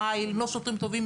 לא לחיל ולא לעצמם,